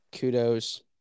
Kudos